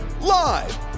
live